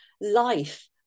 life